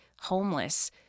homeless